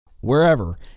wherever